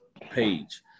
page